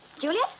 Juliet